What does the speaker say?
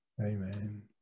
Amen